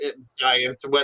science